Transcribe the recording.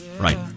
Right